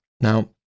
Now